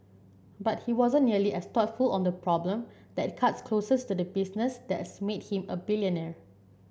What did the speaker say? but he wasn't nearly as thoughtful on the problem that cuts closest to the business that's made him a billionaire